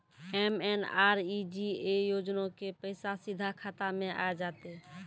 MNREGA योजना के पैसा सीधा खाता मे आ जाते?